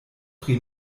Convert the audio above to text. pri